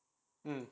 mm